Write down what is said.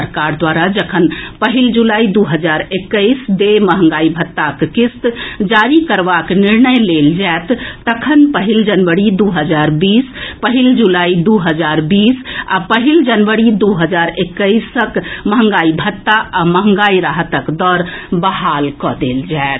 सरकार द्वारा जखन पहिल जुलाई दू हजार एक्कैस देय मंहगाई भत्ताक किस्त जारी करबाक निर्णय लेल जाएत तखन पहिल जनवरी दू हजार बीस पहिल जुलाई दू हजार बीस आ पहिल जनवरी दू हजार एक्कैसक मंहगाई भत्ता आ मंहगाई राहतक दर बहाल कऽ देल जाएत